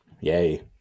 Yay